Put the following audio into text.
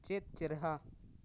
ᱪᱮᱫ ᱪᱮᱨᱦᱟ